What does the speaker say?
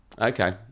Okay